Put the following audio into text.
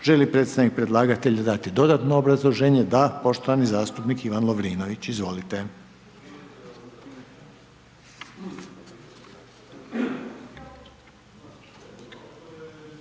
li predstavnik predlagatelja dati dodatno obrazloženje? Da. Poštovani zastupnik Ivan Lovrinović, izvolite.